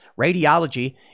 Radiology